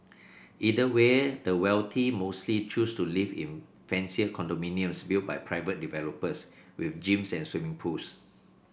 either way the wealthy mostly choose to live in fancier condominiums built by private developers with gyms and swimming pools